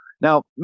Now